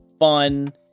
fun